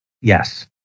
Yes